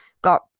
got